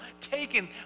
taken